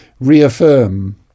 reaffirm